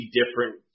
different